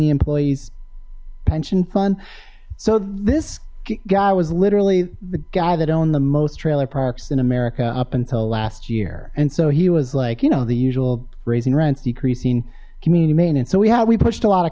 the employees pension fund so this guy was literally the guy that owned the most trailer parks in america up until last year and so he was like you know the usual raising rents decreasing community maintenance so we have we pushed a lot of